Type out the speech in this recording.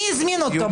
מי הזמין אותו?